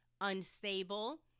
unstable